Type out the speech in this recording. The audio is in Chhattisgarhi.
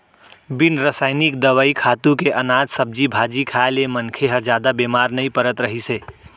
बिन रसइनिक दवई, खातू के अनाज, सब्जी भाजी खाए ले मनखे ह जादा बेमार नइ परत रहिस हे